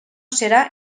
serà